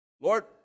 Lord